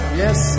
yes